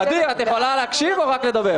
ע'דיר, את יכולה להקשיב או רק לדבר?